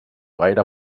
gaire